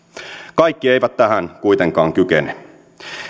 kaikki eivät tähän kuitenkaan kykene